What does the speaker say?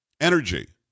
energy